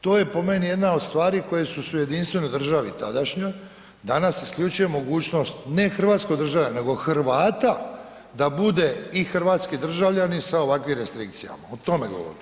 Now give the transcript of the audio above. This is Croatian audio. To je po meni jedna od stvari koje se u jedinstvenoj državi tadašnjoj danas isključuje mogućnost ne hrvatskog državljana nego Hrvata da bude i hrvatski državljanin sa ovakvim restrikcijama, o tome govorim, hvala.